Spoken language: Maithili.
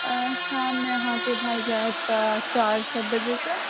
आ शाममे अहाँकेँ भए जाएत तऽ चारि छओ बजेसँ